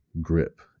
grip